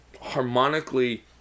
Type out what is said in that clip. harmonically